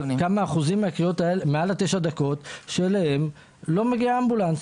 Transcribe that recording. אבל כמה אחוזים מעל זמן ממוצע של תשע דקות שאליהם לא מגיע אמבולנס?